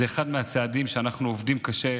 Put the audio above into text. זה אחד מהצעדים שאנחנו עובדים קשה,